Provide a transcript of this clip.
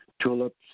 tulips